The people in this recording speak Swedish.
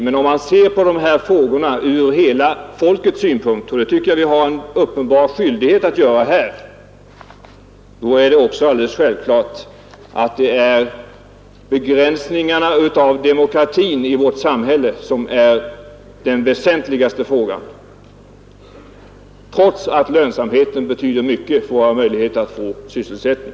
Men om man ser maktkoncentrationsfrågorna ur hela folkets synpunkt — och det tycker jag att vi har en uppenbar skyldighet att göra här — då är det också alldeles självklart att det är begränsningarna av demokratin i vårt samhälle som är den väsentligaste frågan, trots att lönsamheten betyder mycket t.ex. för våra möjligheter att få sysselsättning.